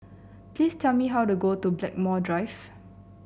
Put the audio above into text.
please tell me how to go to Blackmore Drive